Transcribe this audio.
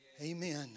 Amen